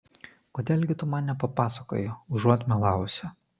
kodėl gi tu man nepapasakoji užuot melavusi